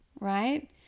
right